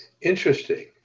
Interesting